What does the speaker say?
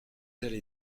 allée